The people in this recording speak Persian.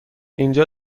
اینجا